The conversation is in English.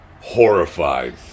horrified